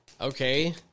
Okay